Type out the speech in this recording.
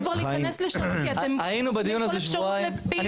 צעירים לא רוצים כבר להיכנס לשם כי אתם חוסמים כל אפשרות לפעילות.